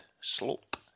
slope